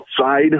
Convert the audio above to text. outside